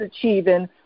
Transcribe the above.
achieving